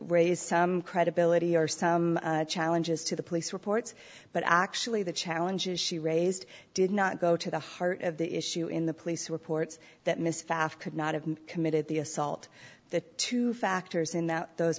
raise some credibility or some challenges to the police reports but actually the challenges she raised did not go to the heart of the issue in the police reports that miss pfaff could not have committed the assault the two factors in that those